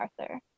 arthur